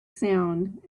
sound